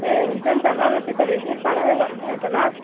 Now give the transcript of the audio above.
ए हुन्छ नि त ल ल त्यसो भए बिरपाडामै गरौँ न त ल